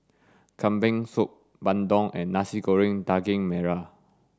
kambing soup bandung and nasi goreng daging merah